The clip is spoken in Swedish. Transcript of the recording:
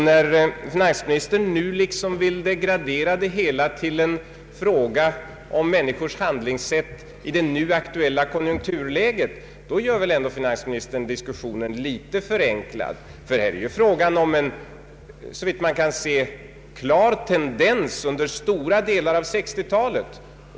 När finansministern nu vill degradera det hela till en fråga om människors handlingssätt i det aktuella konjunkturläget, då förenklar han väl ändå diskussionen en aning. Såvitt man kan se rör det sig här om en klar tendens under stora delar av 1960-talet.